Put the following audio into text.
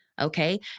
okay